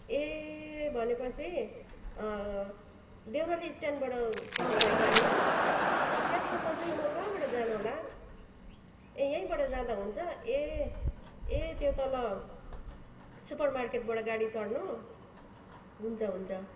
ए भनेपछि देउराली स्ट्यान्डबाट पाउँछ है गाडी त्यहाँसम्म चाहिँ म कहाँबाट जानु होला ए यहीँबाट जाँदा हुन्छ ए ए त्यो तल सुपर मार्केटबाट गाडी चढ्नु हुन्छ हुन्छ